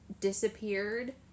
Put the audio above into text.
disappeared